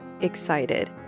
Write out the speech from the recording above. excited